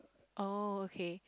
oh okay